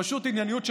פשוט ענייניות,